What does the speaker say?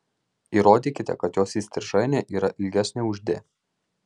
įrodykite kad jos įstrižainė yra ilgesnė už d